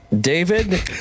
David